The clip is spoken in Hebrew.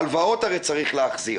הלוואות הרי צריך להחזיר.